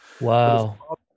Wow